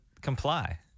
comply